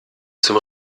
zum